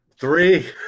Three